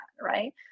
right